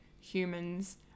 humans